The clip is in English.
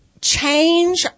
change